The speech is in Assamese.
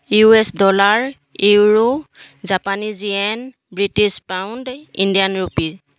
ইউ এছ ডলাৰ ইউৰো জাপানী yen British pound Indian rupee